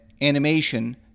animation